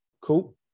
Cool